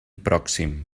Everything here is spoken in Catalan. pròxim